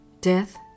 Death